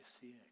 seeing